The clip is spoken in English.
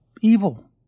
evil